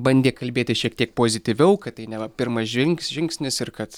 bandė kalbėti šiek tiek pozityviau kad tai neva pirmas žin žingsnis ir kad